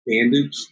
bandage